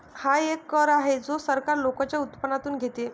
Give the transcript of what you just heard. हा एक कर आहे जो सरकार लोकांच्या उत्पन्नातून घेते